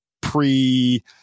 pre